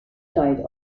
child